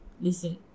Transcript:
Listen